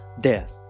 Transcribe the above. death